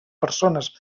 persones